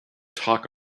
talk